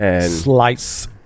Slice